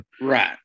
right